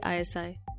ISI